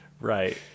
right